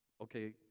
Okay